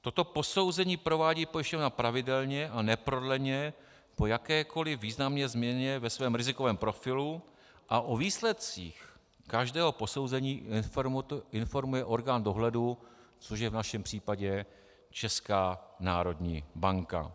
Toto posouzení provádí pojišťovna pravidelně a neprodleně po jakékoli významné změně ve svém rizikovém profilu a o výsledcích každého posouzení informuje orgán dohledu, což je v našem případě Česká národní banka.